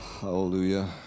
Hallelujah